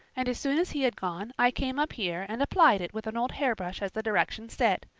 and as soon as he had gone i came up here and applied it with an old hairbrush as the directions said.